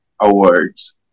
awards